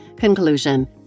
Conclusion